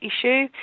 issue